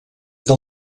del